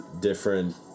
different